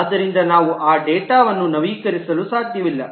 ಆದ್ದರಿಂದ ನಾವು ಆ ಡೇಟಾವನ್ನು ನವೀಕರಿಸಲು ಸಾಧ್ಯವಿಲ್ಲ